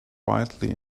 wildly